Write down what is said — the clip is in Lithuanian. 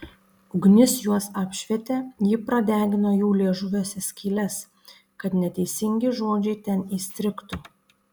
ugnis juos apšvietė ji pradegino jų liežuviuose skyles kad neteisingi žodžiai ten įstrigtų